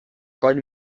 koń